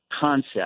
concept